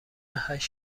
هشت